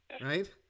Right